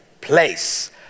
place